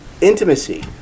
intimacy